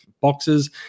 boxes